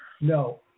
No